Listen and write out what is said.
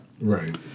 Right